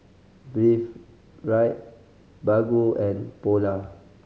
Breathe Right Baggu and Polar